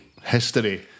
history